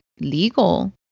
legal